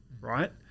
right